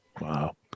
Wow